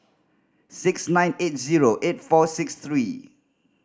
six nine eight zero eight four six three